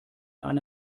eine